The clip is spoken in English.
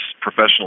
professional